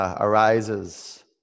arises